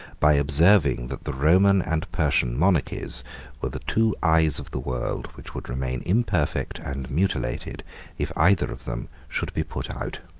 by observing that the roman and persian monarchies were the two eyes of the world, which would remain imperfect and mutilated if either of them should be put out.